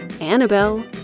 Annabelle